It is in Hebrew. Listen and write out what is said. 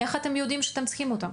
איך אתם יודעים שאתם צריכים אותם?